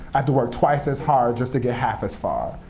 i have to work twice as hard just to get half as far.